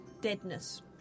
deadness